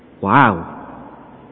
Wow